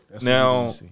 Now